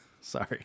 Sorry